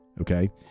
Okay